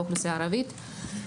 באוכלוסייה הערבית.